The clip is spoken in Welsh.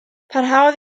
parhaodd